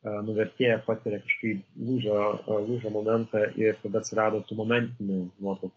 nuvertėja patiria kažkokį lūžio lūžio momentą ir tada atsirado tu momentinių nuotraukų